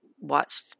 watched